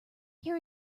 here